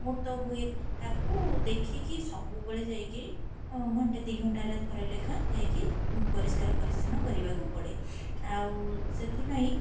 ମୁତ ହୁଏ ତାକୁ ଦେଖିକି ସବୁବେଳେ ଯାଇକି ଘଣ୍ଟେ ଦୁଇ ଘଣ୍ଟାରେ ଥରେ ଲେଖା ଯାଇକି ପରିଷ୍କାର ପରିଚ୍ଛନ୍ନ କରିବାକୁ ପଡ଼େ ଆଉ ସେଥିପାଇଁ